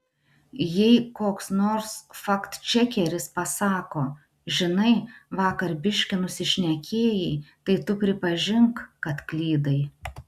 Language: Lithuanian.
jei koks nors faktčekeris pasako žinai vakar biškį nusišnekėjai tai tu pripažink kad klydai